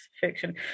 fiction